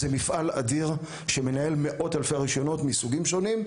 זה מפעל אדיר שמנהל מאות אלפי רישיונות מסוגים שונים,